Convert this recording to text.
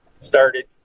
started